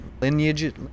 lineage